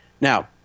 Now